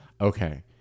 Okay